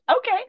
Okay